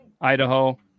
Idaho